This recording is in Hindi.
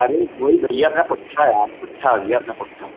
अरे वही भैया अपना पुट्ठा यार पुट्ठा भैया अपना पुट्ठा